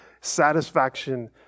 satisfaction